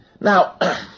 Now